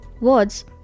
words